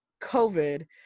COVID